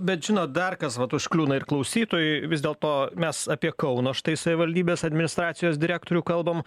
bet žinot dar kas vat užkliūna ir klausytojui vis dėl to mes apie kauno štai savivaldybės administracijos direktorių kalbam